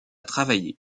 travailler